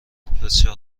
بسیار